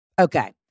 Okay